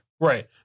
Right